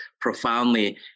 profoundly